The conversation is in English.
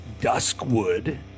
Duskwood